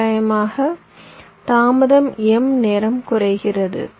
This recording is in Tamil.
தோராயமாக தாமதம் m நேரம் குறைகிறது